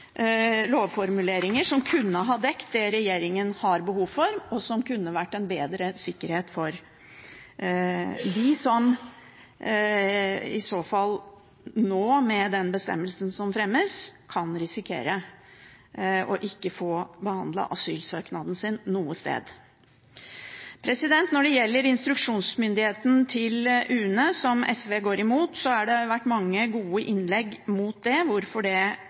lovformuleringer som kunne ha dekt det regjeringen har behov for, og som kunne gitt en bedre sikkerhet for dem som nå, med den bestemmelsen som fremmes, kan risikere ikke å få behandlet asylsøknaden sin noe sted. Når det gjelder instruksjonsmyndigheten til UNE, som SV går imot, har det vært mange gode innlegg mot det og hvorfor det ikke bør gjøres. I dag er